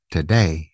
Today